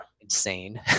insane